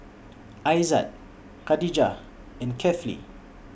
Aizat Khadija and Kefli